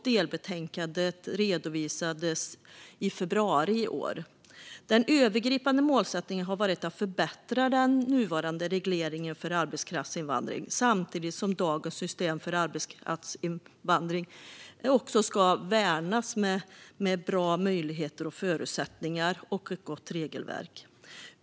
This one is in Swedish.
Delbetänkandet redovisades i februari i år. Den övergripande målsättningen har varit att förbättra den nuvarande regleringen för arbetskraftsinvandring samtidigt som dagens system för arbetskraftsinvandring ska värnas med bra möjligheter och förutsättningar samt ett gott regelverk.